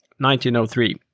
1903